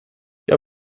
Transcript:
jag